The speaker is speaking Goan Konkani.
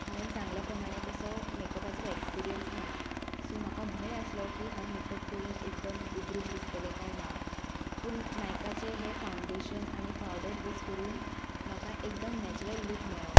हांवें सांगल्या प्रमाणे तसो मेकअपाचो एक्सपिरियन्स ना सो म्हाका भंय आसलो की हांव मेकअप करून एकदम विद्रुप दिसतलें कांय ना पूण नायकाचें हें फावंडेशन आनी पावडर यूज करून म्हाका एकदम नॅचरल लूक मेळ्ळो